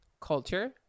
culture